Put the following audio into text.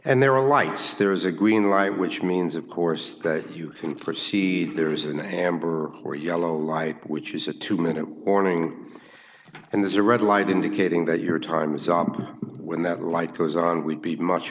and there are lights there is a green light which means of course that you can proceed there's an amber or yellow light which is a two minute warning and there's a red light indicating that your time is up when that light goes on we'd be much